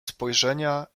spojrzenia